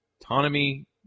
autonomy